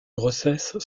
grossesse